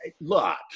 Look